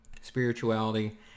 spirituality